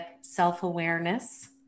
self-awareness